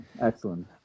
excellent